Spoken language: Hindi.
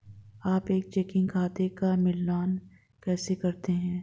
आप एक चेकिंग खाते का मिलान कैसे करते हैं?